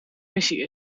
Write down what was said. missie